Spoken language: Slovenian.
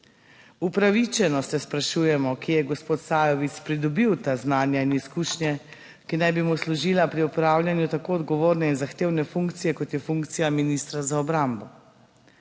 Upravičeno se sprašujemo kje je gospod Sajovic pridobil ta znanja in izkušnje, ki naj bi mu služila pri opravljanju tako odgovorne in zahtevne funkcije, kot je funkcija ministra za obrambo.